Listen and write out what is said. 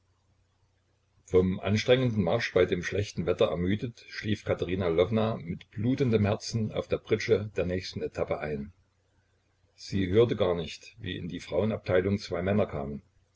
vom anstrengenden marsch bei dem schlechten wetter ermüdet schlief katerina lwowna mit blutendem herzen auf der pritsche der nächsten etappe ein sie hörte gar nicht wie in die frauenabteilung zwei männer kamen